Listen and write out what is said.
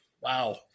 Wow